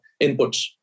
inputs